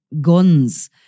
guns